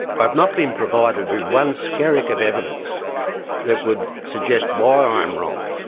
i've not been provided with one skerrick of evidence that would suggest why i'm wrong.